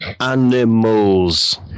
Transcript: Animals